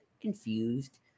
confused